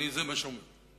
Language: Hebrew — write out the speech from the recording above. הוציאו את המדינה למכרז.